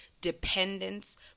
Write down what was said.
Dependence